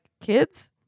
kids